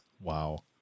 Wow